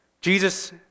Jesus